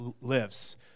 lives